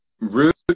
root